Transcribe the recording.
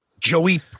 Joey